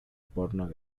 porno